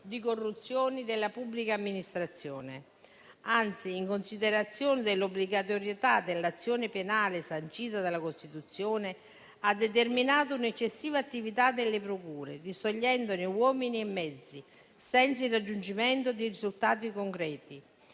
di corruzione nella pubblica amministrazione. Anzi, in considerazione dell'obbligatorietà dell'azione penale sancita dalla Costituzione, ha determinato un'eccessiva attività delle procure, distogliendone uomini e mezzi, senza il raggiungimento di risultati concreti,